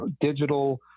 digital